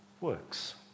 works